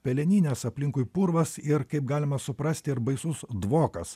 peleninės aplinkui purvas ir kaip galima suprasti ir baisus dvokas